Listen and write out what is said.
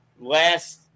last